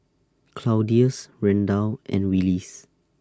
Claudius Randal and Willis